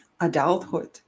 adulthood